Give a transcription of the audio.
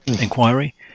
inquiry